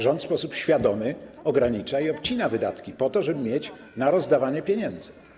Rząd w sposób świadomy ogranicza i obcina wydatki po to, żeby mieć na rozdawanie pieniędzy.